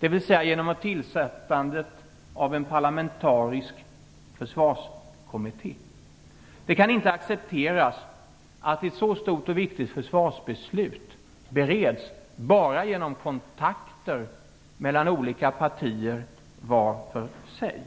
dvs. genom tillsättandet av en parlamentarisk försvarskommitté. Det kan inte accepteras att ett så stort och viktigt försvarsbeslut bereds bara genom kontakter mellan olika partier var för sig.